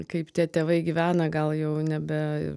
kaip tie tėvai gyvena gal jau nebe